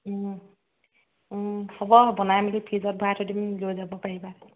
হ'ব হ'ব বনাই মেলি ফ্ৰিজত ভৰাই থৈ দিম লৈ যাব পাৰিবা